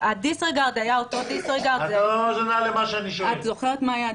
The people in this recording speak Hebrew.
את מדברת על